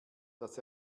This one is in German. dass